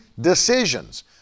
decisions